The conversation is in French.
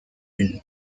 une